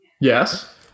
Yes